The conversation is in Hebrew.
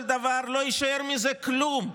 ובסופו של דבר לא יישאר מזה כלום,